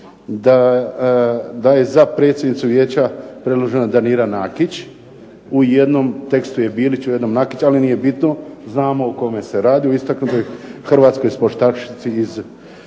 da je za predsjednicu Vijeća predložena Danira Nakić. U jednom tekstu je Bilić, u jednom Nakić. Ali nije bitno. Znamo o kome se radi, o istaknutoj hrvatskoj športašici iz